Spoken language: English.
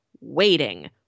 waiting